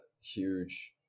huge